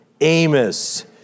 Amos